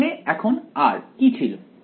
ওখানে এখন r কি ছিল